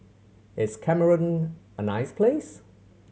is Cameroon a nice place